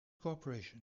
corporation